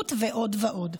להתיישבות ועוד ועוד.